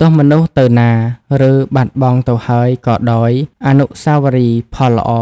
ទោះមនុស្សទៅណា ឬបាត់បង់ទៅហើយក៏ដោយ អនុស្សាវរីយ៍ ផលល្អ